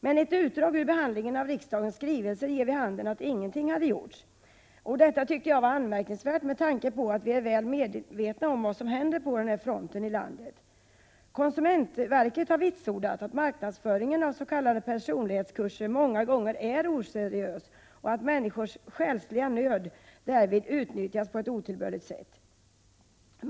Men ett utdrag ur behandlingen av riksdagens skrivelser ger vid handen att ingenting har gjorts. Detta är anmärkningsvärt, tycker jag, med tanke på att vi är väl medvetna om vad som händer i landet på denna front. Konsumentverket har vitsordat att marknadsföringen av s.k. personlighetskurser många gånger är oseriös och att människors själsliga nöd därvid utnyttjas på ett otillbörligt sätt.